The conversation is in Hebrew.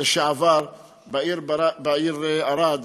לשעבר של העיר ערד.